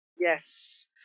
Yes